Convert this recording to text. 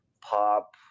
pop